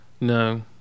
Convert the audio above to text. No